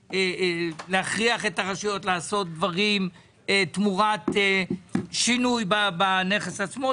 להכריח את הרשויות לעשות דברים תמורת שינוי בנכס עצמו,